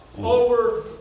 Over